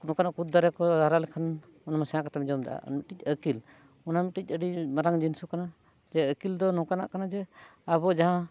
ᱱᱚᱝᱠᱟᱱᱟᱜ ᱠᱩᱫᱽ ᱫᱟᱨᱮ ᱠᱚ ᱦᱟᱨᱟ ᱞᱮᱠᱷᱟᱱ ᱚᱱᱟ ᱥᱮᱬᱟ ᱠᱟᱛᱮᱫ ᱡᱚᱢ ᱫᱟᱲᱮᱭᱟᱜᱼᱟ ᱚᱱᱟ ᱢᱤᱫ ᱴᱤᱡ ᱟᱹᱠᱤᱞ ᱚᱱᱟ ᱢᱤᱫᱴᱤᱡ ᱟᱹᱰᱤ ᱢᱟᱨᱟᱝ ᱡᱤᱱᱤᱥ ᱦᱚᱸ ᱠᱟᱱᱟ ᱪᱮ ᱟᱹᱠᱤᱞ ᱫᱚ ᱱᱚᱝᱠᱟᱱᱟᱜ ᱡᱮ ᱟᱵᱚ ᱡᱟᱦᱟᱸ